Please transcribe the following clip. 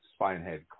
Spinehead